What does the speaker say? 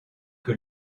que